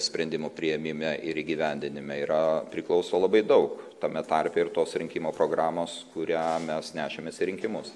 sprendimų priėmime ir įgyvendinime yra priklauso labai dau tame tarpe ir tos rinkimų programos kurią mes nešėmės į rinkimus